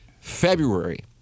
February